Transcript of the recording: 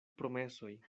promesoj